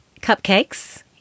cupcakes